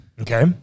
okay